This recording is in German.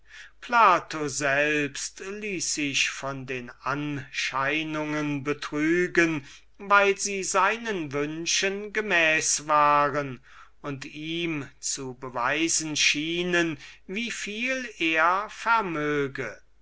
plato selbst ließ sich von den anscheinungen betrügen weil sie seinen wünschen gemäß waren und ihm zu beweisen schienen wieviel er vermöge